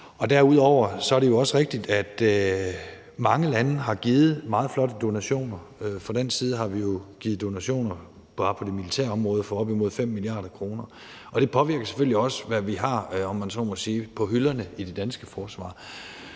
derudover er det jo også rigtigt, at mange lande har givet meget flotte donationer. Fra dansk side har vi jo givet donationer bare på det militære område for op imod 5 mia. kr. Og det påvirker selvfølgelig også, hvad vi har, om man så må sige, på hylderne i det danske forsvar.